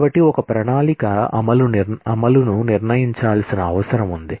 కాబట్టి ఒక ప్రణాళిక అమలు ను నిర్ణయించాల్సిన అవసరం ఉంది